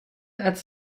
als